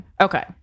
Okay